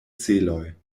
celoj